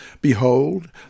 Behold